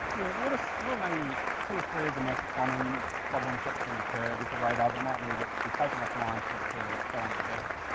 yeah what so what are maybe two or three of the most common ah problems that can occur with the radar, that might need it to be taken offline for it to go under service?